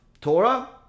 Torah